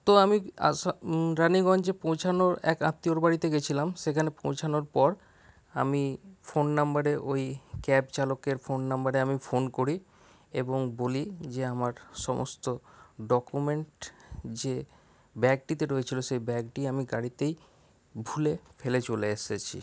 তো আমি আসা রাণীগঞ্জে পৌঁছানোর এক আত্মীয়র বাড়িতে গেছিলাম সেখানে পৌঁছানোর পর আমি ফোন নম্বরে ওই ক্যাবচালকের ফোন নম্বরে আমি ফোন করি এবং বলি যে আমার সমস্ত ডকুমেন্ট যে ব্যাগটিতে রয়েছিল সে ব্যাগটি আমি গাড়িতেই ভুলে ফেলে চলে এসেছি